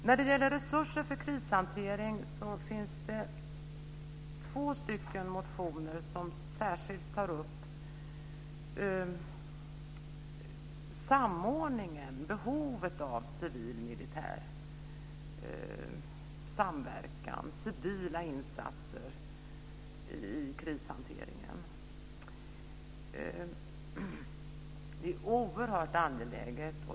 När det gäller resurser för krishantering finns det två motioner som särskilt tar upp samordningen, behovet av civil-militär samverkan och civila insatser i krishanteringen. Det är oerhört angeläget.